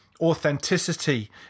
authenticity